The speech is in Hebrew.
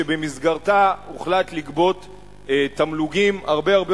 שבמסגרתה הוחלט לגבות תמלוגים הרבה הרבה